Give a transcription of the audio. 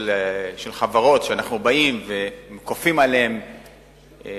בכל זאת רשתות של חברות שאנחנו באים וכופים עליהם להשכיר,